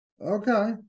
okay